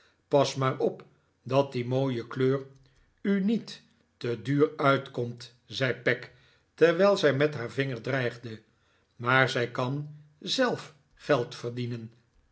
pas maar op dat die mooie kleur u niet te duur uitkomt zei peg terwijl zij met haar vinger dreigde maar zij kan zelf geld verdienen